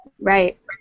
Right